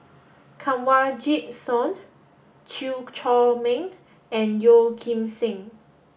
Kanwaljit Soin Chew Chor Meng and Yeoh Ghim Seng